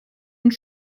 und